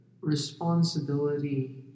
responsibility